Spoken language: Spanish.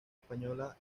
española